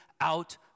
out